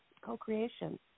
co-creation